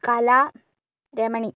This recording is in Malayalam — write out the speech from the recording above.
കല രമണി